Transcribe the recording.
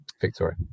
Victoria